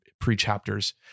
pre-chapters